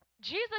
Jesus